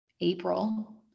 April